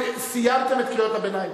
סיימתם את קריאות הביניים.